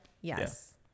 yes